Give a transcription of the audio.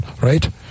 right